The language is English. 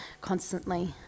constantly